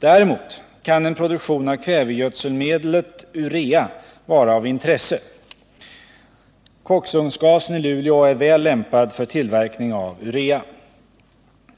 Däremot kan en produktion av kvävegödselmedlet urea vara av intresse. Koksugnsgasen i Luleå är väl lämpad för tillverkning av urea.